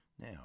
Now